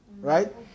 Right